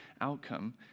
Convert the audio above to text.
outcome